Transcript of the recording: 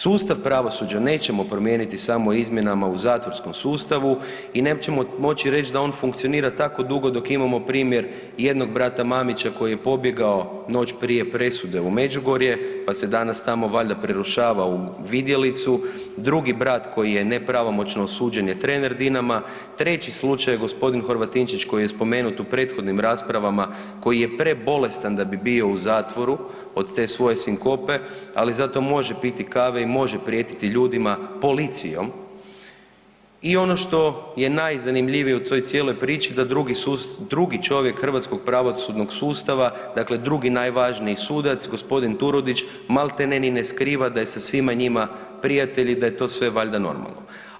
Sustav pravosuđa nećemo promijeniti samo izmjenama u zatvorskom sustavu i nećemo moći reći da on funkcionira tako dugo dok imamo primjer jednog brata Mamića koji je pobjegao noć prije presude u Međugorje pa se danas tamo valjda prerušava u vidjelicu, drugi brat koji je nepravomoćno osuđen je trener Dinama, treći slučaj je gospodin Horvatinčić koji je spomenut u prethodnim raspravama koji je prebolestan da bi bio u zatvoru od te svoje sinkope, ali zato može piti kave i može prijetiti ljudima policijom i ono što je najzanimljivije u toj cijeloj priči da drugi čovjek hrvatskog pravosudnog sustava, dakle drugi najvažniji sudac gospodin Turudić maltene ni ne skriva da je sa svima njima prijatelj i da je to sve valjda normalno.